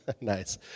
Nice